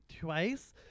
twice